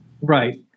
Right